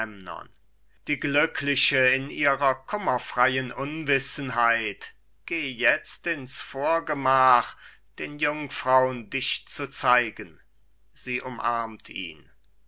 die glückliche in ihrer kummerfreien unwissenheit geh jetzt ins vorgemach den jungfrauen dich zu zeigen sie umarmt ihn